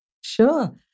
Sure